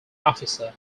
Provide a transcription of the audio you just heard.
officer